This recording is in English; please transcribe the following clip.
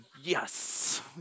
yes